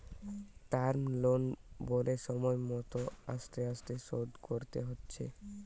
term loan বলে সময় মত আস্তে আস্তে শোধ করতে হচ্ছে